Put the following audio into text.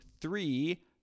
three